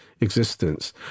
existence